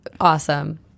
awesome